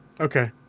Okay